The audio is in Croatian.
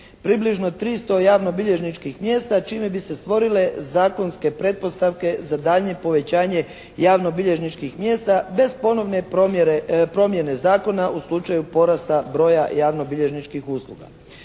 približno 300 javnobilježničkih mjesta čime bi se stvorile zakonske pretpostavke za daljnje povećanje javnobilježničkih mjesta bez ponovne promjene zakona u smislu porasta broja javnobilježničkih usluga.